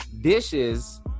dishes